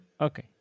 Okay